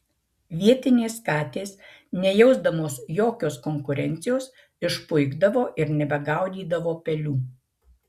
vietinės katės nejausdamos jokios konkurencijos išpuikdavo ir nebegaudydavo pelių